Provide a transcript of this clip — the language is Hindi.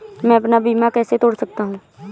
मैं अपना बीमा कैसे तोड़ सकता हूँ?